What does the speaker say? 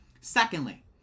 Secondly